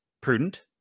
prudent